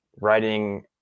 writing